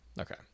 okay